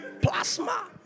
Plasma